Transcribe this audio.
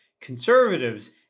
conservatives